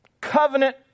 covenant